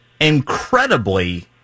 incredibly